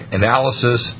analysis